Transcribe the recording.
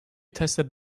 tested